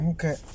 Okay